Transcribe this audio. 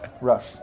Rush